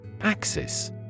Axis